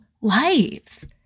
lives